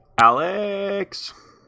Alex